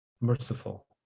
merciful